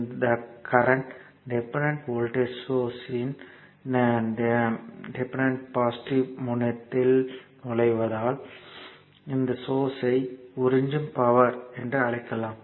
இந்த current dependent voltage source இன் positive முனையத்தில் நுழைவதனால் இந்த சோர்ஸ்யை உறிஞ்சம் பவர் என்று அழைக்கலாம்